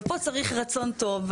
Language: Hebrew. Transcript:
אבל פה צריך רצון טוב.